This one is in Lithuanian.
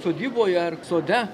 sodyboje ar sode